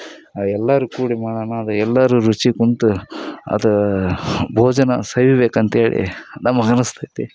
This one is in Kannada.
ಎಲ್ಲರೂ ಕೂಡಿ ಮಾಡೋಣ ಅದು ಎಲ್ಲರೂ ರುಚಿ ಕುಳ್ತು ಅದು ಬೋಜನ ಸವಿಬೇಕಂತೇಳಿ ನಮ್ಗೆ ಅನ್ನಿಸ್ತತಿ